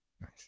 Nice